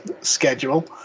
schedule